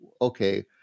okay